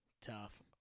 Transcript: tough